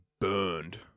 burned